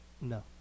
No